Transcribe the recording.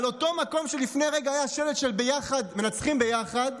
על אותו מקום שלפני רגע היה שלט של "מנצחים ביחד",